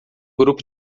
grupo